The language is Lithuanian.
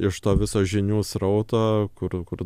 iš to viso žinių srauto kur kur